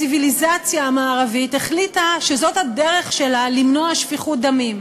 הציוויליזציה המערבית החליטה שזאת הדרך שלה למנוע שפיכות דמים,